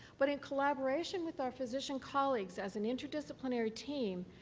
but in collaboration with our physician colleagues, as an interdisciplinary team,